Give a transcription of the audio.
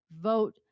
vote